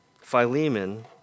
Philemon